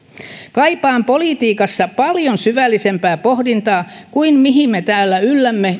kaipaan politiikassa paljon syvällisempää pohdintaa kuin mihin me täällä yllämme